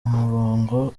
umurongo